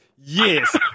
Yes